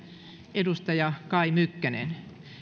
edustaja kai mykkänen